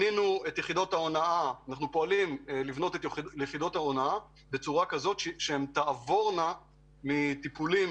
אנחנו פועלים לבנות את יחידות ההונאה כך שהן תעבורנה מטיפולים